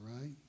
right